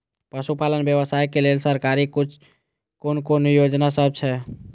पशु पालन व्यवसाय के लेल सरकारी कुन कुन योजना सब छै?